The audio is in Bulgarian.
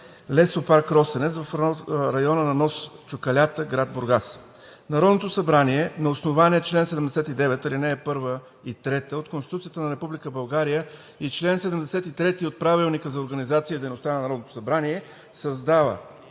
Лесопарк „Росенец“ в района на нос Чукалята, гр. Бургас Народното събрание на основание чл. 79, ал. 1 и 3 от Конституцията на Република България и чл. 37 от Правилника за организацията и дейността на Народното събрание РЕШИ: